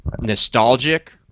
nostalgic